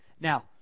Now